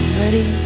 ready